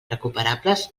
recuperables